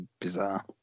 bizarre